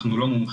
אנחנו לא מומחים,